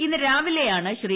ഇന്ന് രാവിലെയാണ് ശ്രീ